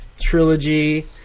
trilogy